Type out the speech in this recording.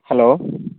hello